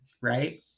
right